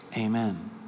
Amen